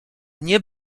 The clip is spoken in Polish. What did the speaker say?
nie